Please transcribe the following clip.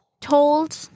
told